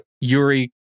Yuri